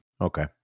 Okay